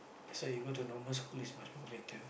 so you go to normal school is much more better